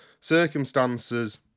circumstances